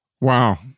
Wow